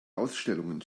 ausstellungen